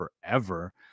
forever